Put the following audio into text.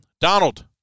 Donald